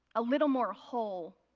a little more whole,